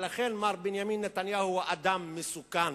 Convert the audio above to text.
ולכן מר בנימין נתניהו הוא אדם מסוכן,